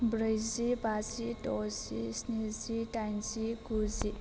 ब्रैजि बाजि द'जि स्निजि दाइनजि गुजि